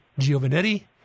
Giovanetti